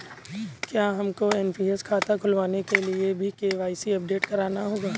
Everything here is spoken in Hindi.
क्या हमको एन.पी.एस खाता खुलवाने के लिए भी के.वाई.सी अपडेट कराना होगा?